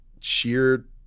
sheer